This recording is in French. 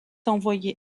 envoyé